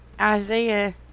Isaiah